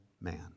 man